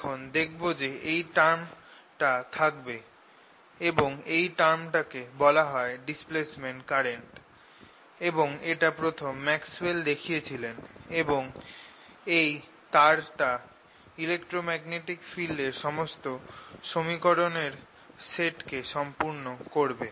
এখন দেখবে যে এই টার্মটা থাকবে এবং এই টার্মটাকে বলা হয় ডিসপ্লেসমেন্ট কারেন্ট এবং এটা প্রথম ম্যাক্সওয়েল দেখিয়েছিলেন এবং এই টার্ টা ইলেক্ট্রোম্যাগনেটিক ফিল্ড এর সমস্ত সমীকরণ এর সেট কে সম্পূর্ণ করবে